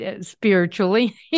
spiritually